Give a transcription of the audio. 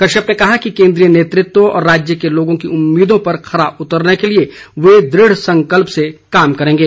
कश्यप ने कहा कि र्केन्द्रीय नेतृत्व व राज्य के लोगों की उम्मीदों पर खरा उतरने के लिए वे दृढ़ संकल्प से कार्य करेंगे